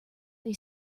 they